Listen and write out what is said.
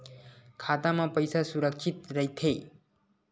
खाता मा पईसा सुरक्षित राइथे?